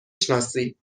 شناسی